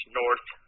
north